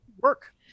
work